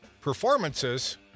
performances